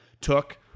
took –